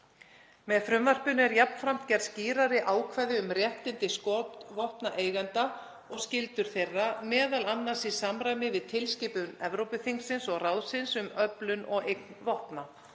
Með frumvarpinu eru jafnframt gerð skýrari ákvæði um réttindi skotvopnaeigenda og skyldur þeirra, m.a. í samræmi við tilskipun Evrópuþingsins og ráðsins um öflun og eign vopna.